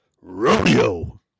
Rodeo